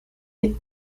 des